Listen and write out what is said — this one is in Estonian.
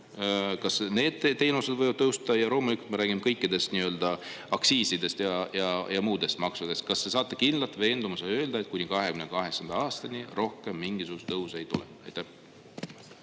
kas need teenused võivad tõusta – ja loomulikult me räägime kõikidest aktsiisidest ja muudest maksudest. Kas te saate kindlalt veendumusega öelda, et kuni 2028. aastani rohkem mingisuguseid tõuse ei tule? Aitäh!